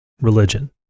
religion